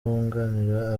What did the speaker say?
wunganira